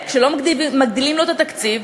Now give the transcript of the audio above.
כשלא מגדילים את התקציב,